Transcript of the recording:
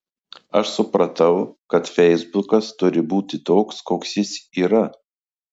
aš supratau kad feisbukas turi būti toks koks jis yra